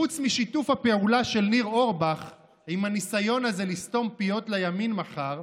חוץ משיתוף הפעולה של ניר אורבך עם הניסיון הזה לסתום פיות לימין מחר,